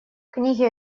книги